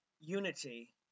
unity